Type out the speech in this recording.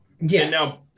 Yes